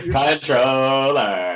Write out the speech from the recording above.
controller